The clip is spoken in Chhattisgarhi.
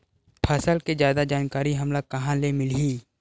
फसल के जादा जानकारी हमला कहां ले मिलही?